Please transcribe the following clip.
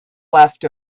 left